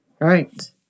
right